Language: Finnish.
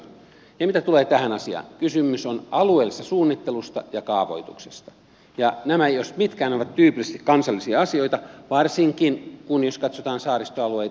mitä tulee tähän asiaan kysymys on alueellisesta suunnittelusta ja kaavoituksesta ja nämä jos mitkään ovat tyypillisesti kansallisia asioita varsinkin jos katsotaan saaristoalueita